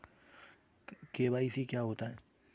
KYC क्या होता है?